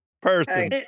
person